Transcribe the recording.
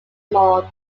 molde